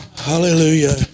Hallelujah